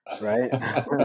right